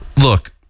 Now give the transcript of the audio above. Look